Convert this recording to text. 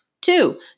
Two